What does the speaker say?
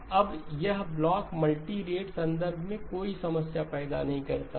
अब यह block multi rate संदर्भ में कोई समस्या पैदा नहीं करता है